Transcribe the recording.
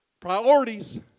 Priorities